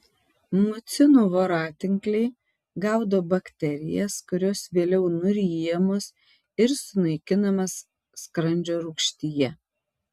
mucinų voratinkliai gaudo bakterijas kurios vėliau nuryjamos ir sunaikinamos skrandžio rūgštyje